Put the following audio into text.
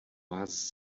vás